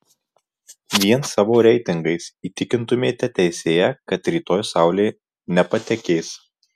vien savo reitingais įtikintumėte teisėją kad rytoj saulė nepatekės